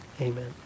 Amen